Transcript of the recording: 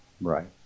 right